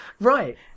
Right